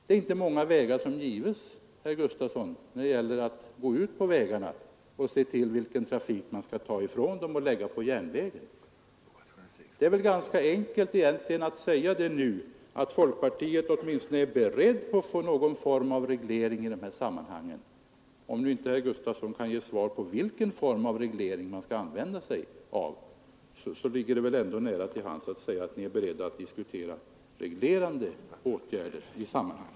Det är inte många möjligheter som gives, herr Gustafson, när det gäller att ta ifrån vägarna transporter och lägga på järnvägen. Det är väl enkelt att nu åtminstone säga att folkpartiet är berett på någon form av reglering i dessa sammanhang. Om nu inte herr Gustafson kan svara på vilken form av reglering man skall använda sig av, så ligger det väl ändå nära till hands att säga att ni är beredda att diskutera reglerande åtgärder i sammanhanget.